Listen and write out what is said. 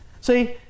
See